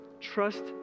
trust